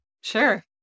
Sure